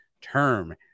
term